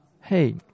Hey